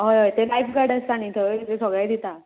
हय हय ते लायफ गार्ड आसता न्ही थंय ते सगळे दिता